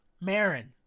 Marin